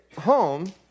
home